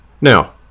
Now